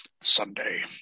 Sunday